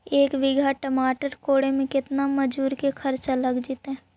एक बिघा टमाटर कोड़े मे केतना मजुर के खर्चा लग जितै?